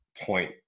point